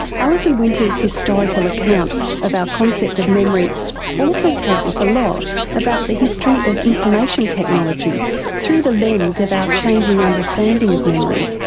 alison winter's historical account of our concept of memory also tells us a lot about the history of information technology through the lens of our changing understanding of memory.